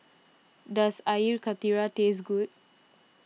does Air Karthira taste good